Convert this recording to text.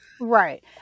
Right